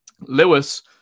Lewis